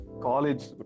college